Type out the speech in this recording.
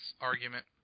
argument